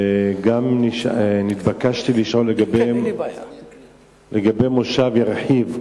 גם נתבקשתי לשאול לגבי מושב ירחיב,